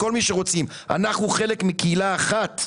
אנחנו חלק מקהילה אחת.